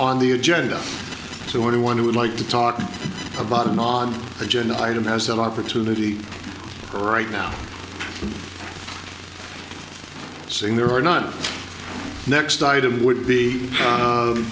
on the agenda so anyone who would like to talk about an on agenda item has an opportunity right now saying there are not next item would be u